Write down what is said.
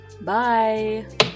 Bye